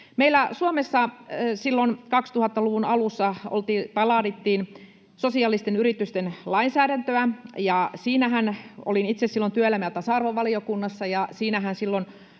Meillä Suomessa 2000-luvun alussa laadittiin sosiaalisten yritysten lainsäädäntöä, olin itse silloin työelämä‑ ja tasa-arvovaliokunnassa, ja siinähän silloin